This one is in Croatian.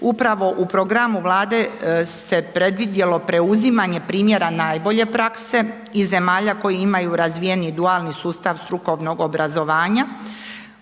Upravo u programu Vlade se predvidjelo preuzimanje primjera najbolje prakse iz zemalja koje imaju razvijeni dualni sustav strukovnog obrazovanja